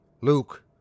Luke